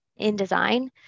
InDesign